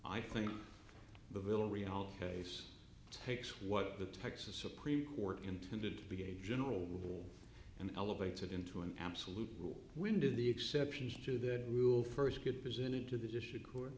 i think the villareal case takes what the texas supreme court intended to be a general rule and elevates it into an absolute rule when do the exceptions to the rule first get presented to the dish in court